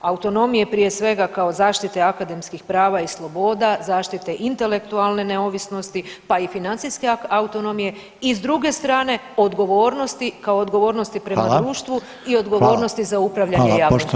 Autonomije prije svega kao zaštite akademskih prava i sloboda, zaštite intelektualne neovisnosti pa i financijske autonomije i s druge strane odgovornosti kao odgovornosti [[Upadica Reiner: Hvala.]] prema društvu i [[Upadica Reiner: Hvala.]] odgovornosti za upravljanje javnim financijama.